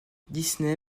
disney